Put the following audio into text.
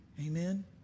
Amen